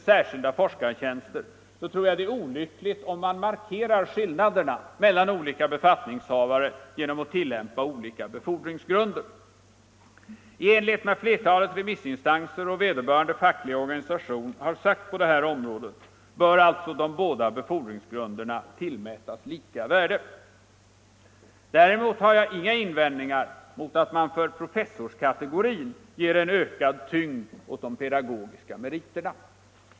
forskningstjänster tror jag det är olyckligt om man nu markerar skillnaderna mellan olika befattningshavare genom att tillämpa olika befordringsgrunder. I enlighet med vad flertalet remissinstanser och vederbörande facklig organisation har sagt på det här området bör alltså de båda befordringsgrunderna tillmätas lika värde. Däremot har jag inga invändningar mot att man för professorskategorin ger en ökad tyngd åt de pedagogiska meriterna.